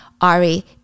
Ari